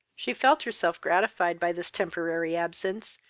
she felt herself gratified by this temporary absence,